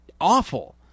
awful